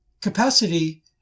capacity